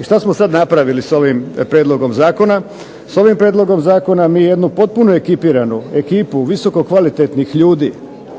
I šta smo sad napravili sa ovim prijedlogom zakona? Sa ovim prijedlogom zakona mi jednu potpuno ekipiranu ekipu visoko kvalitetnih ljudi